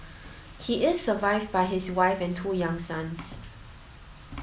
he is survived by his wife and two young sons